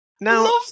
now